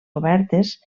obertes